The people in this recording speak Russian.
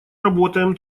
работаем